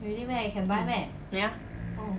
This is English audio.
ya